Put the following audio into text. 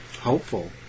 hopeful